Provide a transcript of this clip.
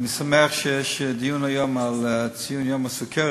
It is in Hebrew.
אני שמח שיש דיון היום לציון יום הסוכרת.